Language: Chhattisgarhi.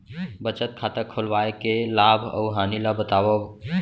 बचत खाता खोलवाय के लाभ अऊ हानि ला बतावव?